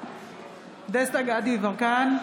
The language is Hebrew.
דסטה גדי יברקן,